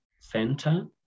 Center